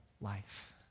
life